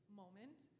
moment